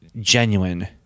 genuine